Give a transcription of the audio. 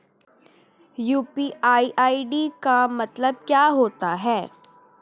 UPI ID का मतलब क्या होता है?